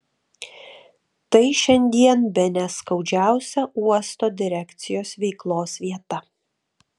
tai šiandien bene skaudžiausia uosto direkcijos veiklos vieta